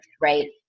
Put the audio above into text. right